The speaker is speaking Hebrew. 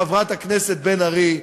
חברת הכנסת בן ארי,